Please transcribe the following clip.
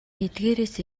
эдгээрээс